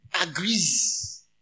agrees